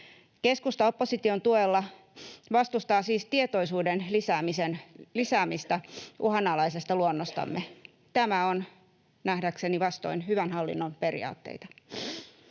Keskusta, opposition tuella, vastustaa siis tietoisuuden lisäämistä uhanalaisesta luonnostamme. Tämä on nähdäkseni vastoin hyvän hallinnon periaatteita.